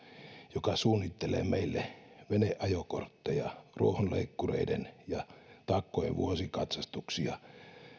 joka suunnittelee meille veneajokortteja ruohonleikkureiden ja takkojen vuosikatsastuksia